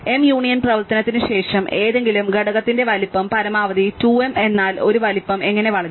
m union പ്രവർത്തനത്തിനു ശേഷം ഏതെങ്കിലും ഘടകത്തിന്റെ വലിപ്പം പരമാവധി 2 m എന്നാൽ ഒരു വലിപ്പം എങ്ങനെ വളരും